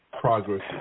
progress